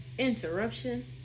interruption